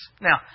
Now